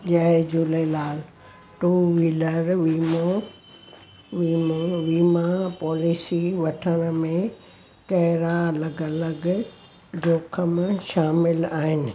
जय Jhulelal two wheeler वीमो वीमो वीमा पॉलिसी वठण में कहिड़ा अलॻि अलॻि जोखम शामिलु आहिन